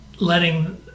letting